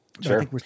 Sure